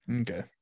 okay